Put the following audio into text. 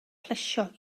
plesio